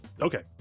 Okay